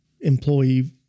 employee